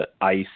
ice